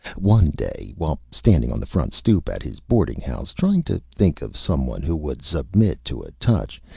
one day, while standing on the front stoop at his boarding house, trying to think of some one who would submit to a touch,